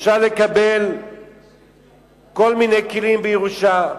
אפשר לקבל כל מיני כלים בירושה,